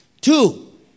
Two